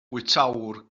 bwytäwr